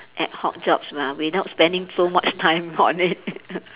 ad hoc jobs lah without spending so much time on it